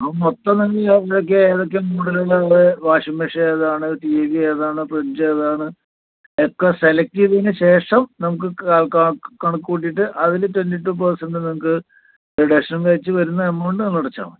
അപ്പം മൊത്തം നിങ്ങൾക്ക് ഇഇ ഓഫറൊക്കെ ഏതൊക്കെയാണ് വരുന്നതെന്നുള്ള വാഷിംഗ് മെഷീൻ ഏതാണ് ടീവിയേതാണ് ഫ്രിഡ്ജേതാണ് ഒക്കെ സെലക്ട് ചെയ്തതിന് ശേഷം നമുക്ക് ക കണ കണക്ക് കൂട്ടിയിട്ട് അതില് റ്റൊന്റി ടൂ പെർസെന്റ് നിങ്ങൾക്ക് റിഡക്ഷൻ കഴിച്ച് വരുന്ന എമൗണ്ട് നിങ്ങള് അടച്ചാൽ മതി